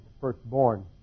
firstborn